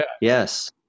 Yes